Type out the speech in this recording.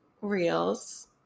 reels